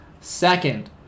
Second